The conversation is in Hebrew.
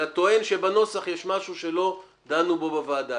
אלא טוען שבנוסח יש משהו שלא דנו בו בוועדה?